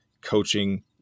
coaching